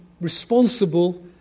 responsible